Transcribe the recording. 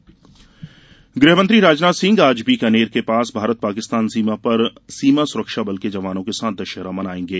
राजनाथ सिंह गृहमंत्री राजनाथ सिंह आज बीकानेर के पास भारत पाकिस्तान सीमा पर सीमा सुरक्षा बल के जवानों के साथ दशहरा मनायेंगे